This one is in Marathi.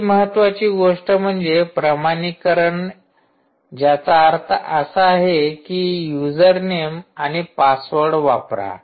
दुसरी महत्वाची गोष्ट म्हणजे प्रमाणीकरण ज्याचा अर्थ आहे कि युजरनेम आणि पासवर्ड वापरा